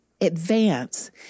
advance